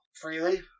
freely